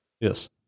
Yes